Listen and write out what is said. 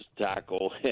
tackle